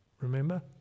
Remember